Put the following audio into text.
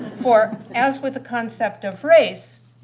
for as with the concept of race,